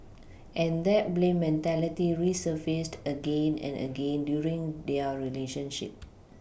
and that blame mentality resurfaced again and again during their relationship